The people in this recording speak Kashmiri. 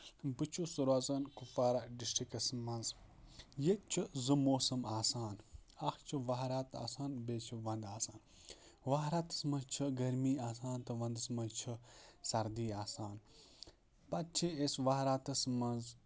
بہٕ چھُس روزان کُپوارہ ڈِسٹرکَس منٛز ییٚتہِ چھُ زٕ موسَم آسان اَکھ چھُ وَہرات آسان بیٚیہِ چھِ وَندٕ آسان وَہراتَس منٛز چھِ گرمی آسان تہٕ وَندَس منٛز چھِ سردی آسان پَتہٕ چھِ أسۍ وَہراتَس منٛز